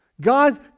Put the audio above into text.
God